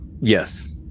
Yes